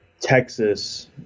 Texas